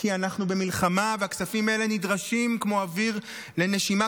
כי אנחנו במלחמה והכספים האלה נדרשים כמו אוויר לנשימה,